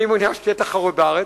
מי מעוניין שתהיה תחרות בארץ?